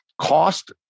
cost